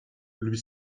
lui